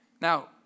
Now